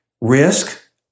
risk